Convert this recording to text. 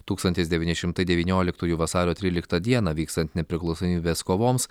tūkstantis devyni šimtai devynioliktųjų vasario tryliktą dieną vykstant nepriklausomybės kovoms